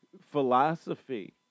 Philosophy